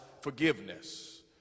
forgiveness